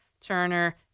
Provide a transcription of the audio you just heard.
Turner